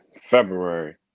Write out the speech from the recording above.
February